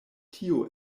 tio